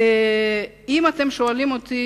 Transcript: ואם אתם שואלים אותי,